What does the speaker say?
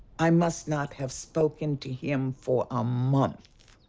i must not have spoken to him for a month,